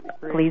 Please